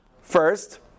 first